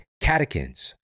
catechins